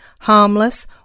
harmless